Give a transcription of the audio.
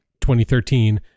2013